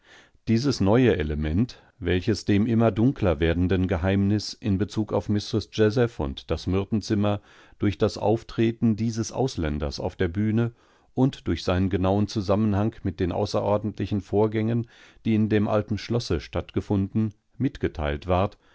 dieses neue element welches dem immer dunkler werdenden geheimnis in bezug auf mistreß jazeph und das myrtenzimmer durch das auftreten dieses ausländers auf der bühne und durch seinen genauen zusammenhang mit den außerordentlichen vorgängen die in dem alten schlosse stattgefunden mitgeteilt ward